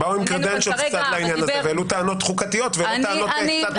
הם העלו טענות חוקתיות ולא טענות צד מופרכות.